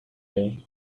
day